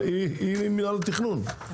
אבל היא ממינהל התכנון,